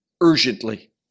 urgently